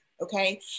Okay